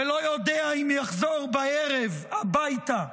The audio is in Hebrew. ולא יודע אם יחזור בערב הביתה.